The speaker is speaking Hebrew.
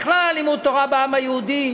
בכלל על לימוד תורה בעם היהודי,